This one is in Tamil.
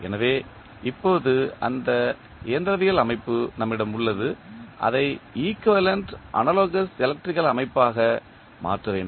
எனவே இப்போது இந்த இயந்திரவியல் அமைப்பு நம்மிடம் உள்ளது அதை ஈக்குவேலண்ட் அனாலோகஸ் எலக்ட்ரிகல் அமைப்பாக மாற்ற வேண்டும்